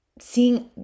seeing